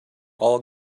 all